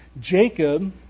Jacob